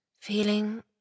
feeling